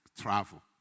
travel